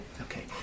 Okay